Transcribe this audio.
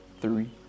three